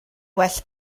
well